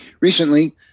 Recently